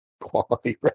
Quality